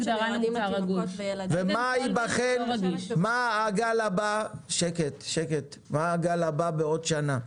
מה הגל הבא בעוד שנה?